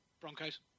Broncos